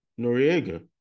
Noriega